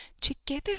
together